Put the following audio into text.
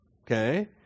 okay